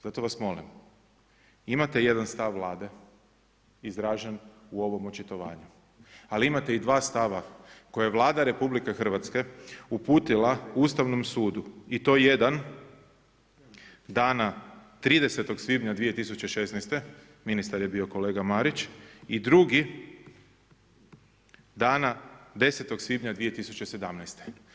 Zato vas molim, zato vas molim, imate jedan stav Vlade izražen u ovom očitovanju, ali imate i dva stava koje Vlada RH uputila Ustavnom sudu i to jedan, dana 30. svibnja 2016., ministar je bio kolega Marić i drugi, dana 10. svibnja 2017.